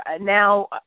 now